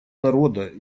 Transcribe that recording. народа